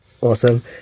Awesome